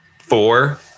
four